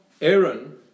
Aaron